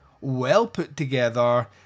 well-put-together